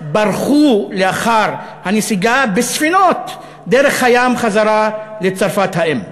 ברחו לאחר הנסיגה בספינות דרך הים חזרה לצרפת האם.